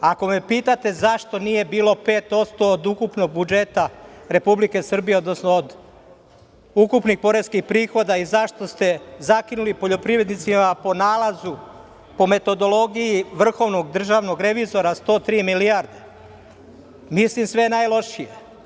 Ako me pitate zašto nije bilo 5% od ukupnog budžeta Republike Srbije, odnosno od ukupnih poreskih prihoda i zašto ste zakinuli poljoprivrednicima po nalazu, po metodologiji vrhovnog državnog revizora 103 milijarde, mislim sve najlošije.